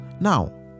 now